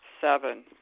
Seven